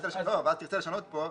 ואז תרצה לשנות פה,